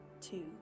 Two